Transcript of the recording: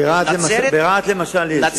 ברהט למשל יש.